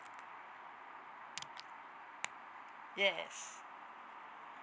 yes